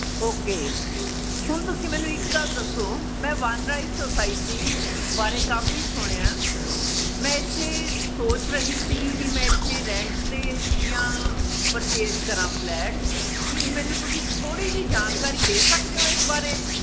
okay ਹੁਣ ਤੁਸੀਂ ਮੈਨੂੰ ਇੱਕ ਗੱਲ ਦੱਸੋ ਮੈਂ ਵਨ ਰਾਈਜ਼ ਸੋਸਾਇਟੀ ਬਾਰੇ ਕਾਫੀ ਸੁਣਿਆ ਮੈਂ ਇੱਥੇ ਸੋਚ ਰਹੀ ਸੀਗੀ ਵੀ ਮੈਂ ਇੱਥੇ ਰੈਂਟ 'ਤੇ ਜ਼ਾਂ ਪਰਚੇਸ ਕਰਾ ਫਲੈਟ ਕੀ ਮੈਨੂੰ ਤੁਸੀਂ ਥੋੜ੍ਹੀ ਜਿਹੀ ਜਾਣਕਾਰੀ ਦੇ ਸਕਦੇ ਹੋ ਇਸ ਬਾਰੇ